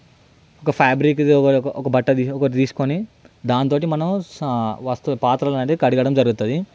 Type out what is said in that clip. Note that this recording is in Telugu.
ఒక ఫ్యాబ్రిక్ ది ఒక ఒక బట్ట ఒకటి తీసుకొని దాని తో మనం సా వస్తువులు పాత్రలనేవి కడగడం జరుగుతుంది